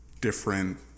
different